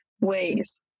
ways